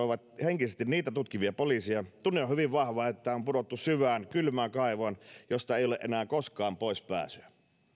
tapaukset invalidisoivat henkisesti niitä tutkivia poliiseja tunne on hyvin vahva että on pudottu syvään kylmään kaivoon josta ei ole enää koskaan pois pääsyä